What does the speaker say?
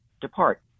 depart